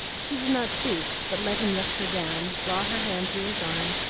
she did not speak, but let him lift her down, draw her hand through his arm,